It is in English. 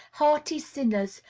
hearty sinners,